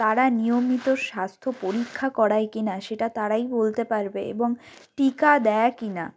তারা নিয়মিত স্বাস্থ্য পরীক্ষা করায় কিনা সেটা তারাই বলতে পারবে এবং টিকা দেয় কিনা